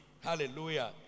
Hallelujah